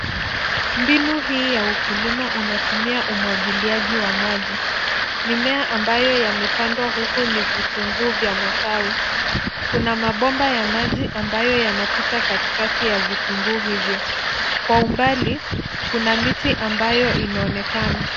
Mbinu hii ya ukulima unatumia umwagiliaji wa maji. Mimea ambayo yamepandwa huku ni vitunguu vya matawi ,kuna mabomba ya maji ambayo yanapita katikati ya vitunguu hivyo. Kwa umbali kuna miti ambayo inaonekana.